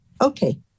Okay